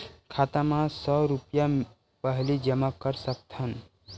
खाता मा सौ रुपिया पहिली जमा कर सकथन?